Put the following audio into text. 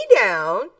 down